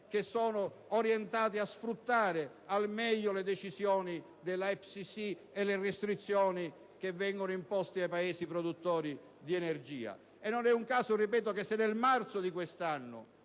che sono orientate a sfruttare al meglio le decisioni dell'IPCC e le restrizioni che vengono imposte ai Paesi produttori di energia. Non è un caso - ripeto - che nel marzo di quest'anno